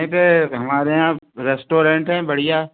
यहीं पर हमारे यहाँ रेस्टोरेंट है बढ़िया